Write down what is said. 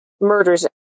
murders